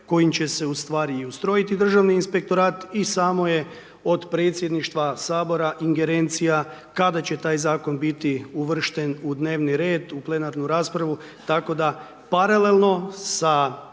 kojim će se, ustvari, i ustrojiti Državni inspektorat i samo je od predsjedništva Sabora ingerencija kada će taj Zakon biti uvršten u dnevni red, u plenarnu raspravu, tako da paralelno sa